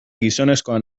gizonezkoa